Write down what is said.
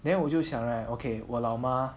then 我就想 right okay 我老妈